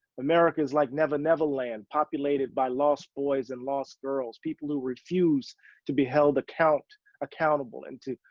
america is like never, neverland populated by lost boys and lost girls, people who refuse to be held account accountable and to,